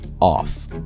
off